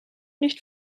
nicht